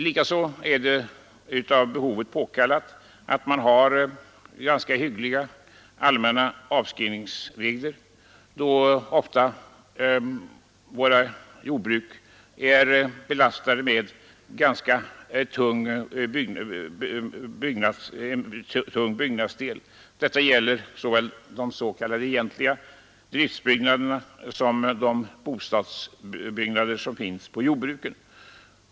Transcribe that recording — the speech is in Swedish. Likaså är det av behovet påkallat med hyggliga allmänna avskrivningsregler, då jordbruken ofta är belastade med en ganska tung byggnadsdel. Detta gäller såväl de s.k. egentliga driftsbyggnaderna som de bostadsbyggnader som finns på jordbruket.